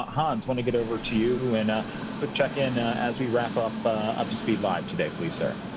hans, want to get over to you and quick check-in as we wrap up up to speed live today, please, sir.